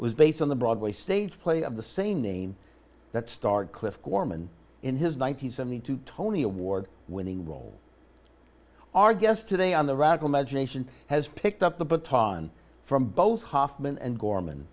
was based on the broadway stage play of the same name that starred cliff gorman in his one nine hundred seventy two tony award winning role our guest today on the radical magination has picked up the baton from both hoffman and gorman